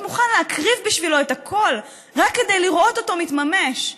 מוכן להקריב בשבילו את הכול רק כדי לראות אותו מתממש,